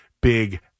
big